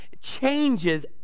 changes